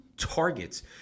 targets